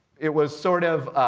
it was sort of